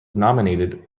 nominated